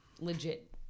legit